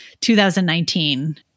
2019